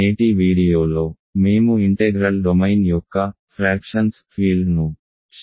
నేటి వీడియోలో మేము ఇంటెగ్రల్ డొమైన్ యొక్క భిన్నాల ఫీల్డ్ను శీఘ్ర పరిచయంతో ప్రారంభిస్తాము